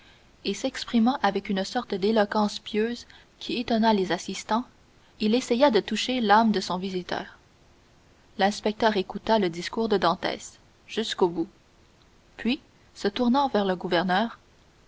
et s'exprimant avec une sorte d'éloquence pieuse qui étonna les assistants il essaya de toucher l'âme de son visiteur l'inspecteur écouta le discours de dantès jusqu'au bout puis se tournant vers le gouverneur